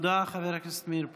תודה, חבר הכנסת מאיר פרוש.